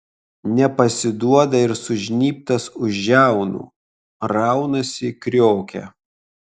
nepasiduoda ir sužnybtas už žiaunų raunasi kriokia